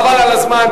חבל על הזמן.